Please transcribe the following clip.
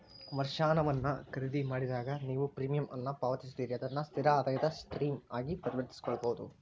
ವರ್ಷಾಶನವನ್ನ ಖರೇದಿಮಾಡಿದಾಗ, ನೇವು ಪ್ರೇಮಿಯಂ ಅನ್ನ ಪಾವತಿಸ್ತೇರಿ ಅದನ್ನ ಸ್ಥಿರ ಆದಾಯದ ಸ್ಟ್ರೇಮ್ ಆಗಿ ಪರಿವರ್ತಿಸಕೊಳ್ಬಹುದು